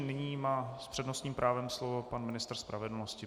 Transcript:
Nyní má s přednostním právem slovo pan ministr spravedlnosti.